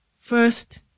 First